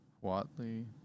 Watley